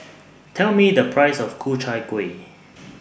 Tell Me The Price of Ku Chai Kueh